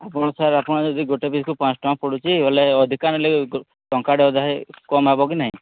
ଆପଣ ସାର୍ ଆପଣ ଯଦି ଗୋଟେ ପିସ୍କୁ ପାଞ୍ଚ ଟଙ୍କା ପଡ଼ୁଛି ହେଲେ ଅଧିକା ନେଲେ ଟଙ୍କାଟେ ଅଧେ କମ୍ ହେବ କି ନାହିଁ